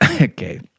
Okay